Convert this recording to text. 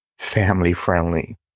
family-friendly